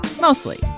Mostly